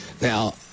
Now